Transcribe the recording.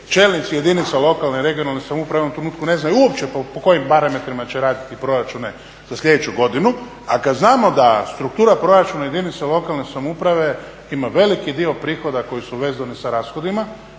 čelnici jedinica lokalne i regionalne samouprave u ovom trenutku ne znaju uopće po kojim parametrima će raditi proračune za sljedeću godinu. A kad znamo da struktura proračuna jedinica lokalne samouprave ima veliki dio prihoda koji su vezani sa rashodima